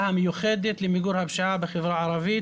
המיוחדת למיגור הפשיעה בחברה הערבית.